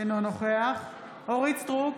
אינו נוכח אורית מלכה סטרוק,